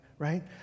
right